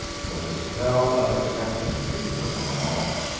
for the spell of expectancy was on all.